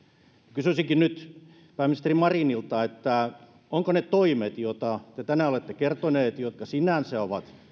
kysyisinkin nyt pääministeri marinilta ovatko ne toimet joista te tänään olette kertoneet ja jotka sinänsä ovat